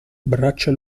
braccia